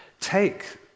take